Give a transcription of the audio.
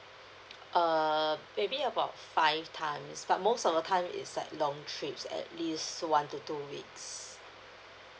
err maybe about five times but most of the time is like long trips at least one to two weeks